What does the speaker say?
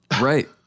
right